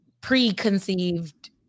preconceived